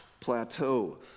plateau